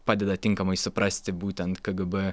padeda tinkamai suprasti būtent kgb